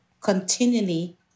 continually